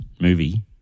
movie